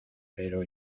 pero